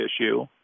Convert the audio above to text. issue